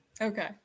Okay